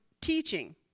teaching